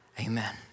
amen